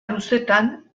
luzetan